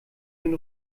den